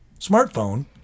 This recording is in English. smartphone